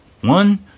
One